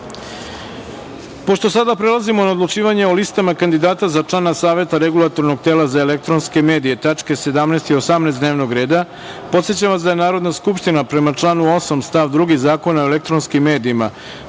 sada prelazimo na odlučivanje o listama kandidata za člana Saveta Regulatornog tela za elektronske medije (tačke 17. i 18. dnevnog reda), podsećam vas da Narodna skupština, prema članu 8. stav 2. Zakona o elektronskim medijima,